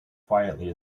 quietly